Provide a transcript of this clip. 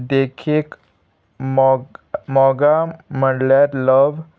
देखीक मोग मोगा म्हणल्यार लव